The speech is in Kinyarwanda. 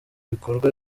bikorwa